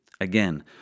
Again